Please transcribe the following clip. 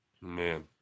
Man